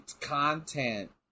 content